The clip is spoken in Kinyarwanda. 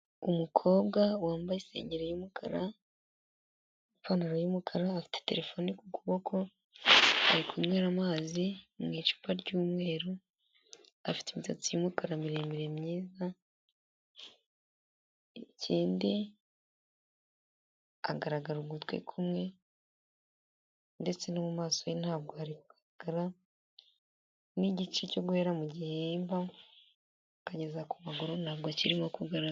Umukobwa wambaye isengeri y'umukara, ipantaro y'umukara, afite terefone ku kuboko, ari kunywera amazi mu icupa ry'umweru, afite imisatsi yumukara miremire myiza, ikindi agaragara ugutwi kumwe ndetse no mu maso ye ntabwo hari kugaragara n'igice cyo guhera mu gihimba ukageza ku maguru ntabwo kirimo kugaragara.